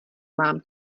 mám